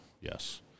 yes